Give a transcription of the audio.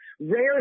rare